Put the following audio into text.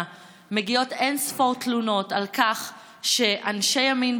מגיעות אין-ספור תלונות על כך שאנשי ימין,